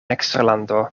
eksterlando